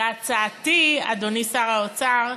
והצעתי, אדוני שר האוצר,